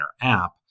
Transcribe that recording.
app